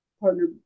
partner